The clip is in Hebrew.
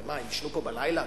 הרי מה, יישנו פה בלילה?